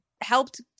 helped